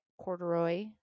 corduroy